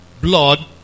blood